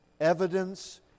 evidence